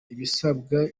ibisabwa